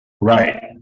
Right